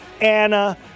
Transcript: Anna